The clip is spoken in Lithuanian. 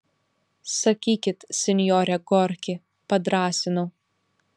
sakykit sinjore gorki padrąsinau